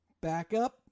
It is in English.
backup